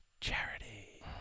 charity